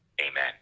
Amen